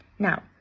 Now